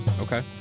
Okay